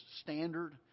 standard